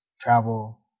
travel